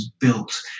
built